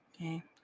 Okay